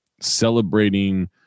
celebrating